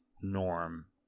norm